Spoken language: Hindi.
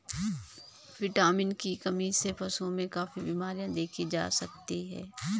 विटामिन की कमी से पशुओं में काफी बिमरियाँ देखी जा सकती हैं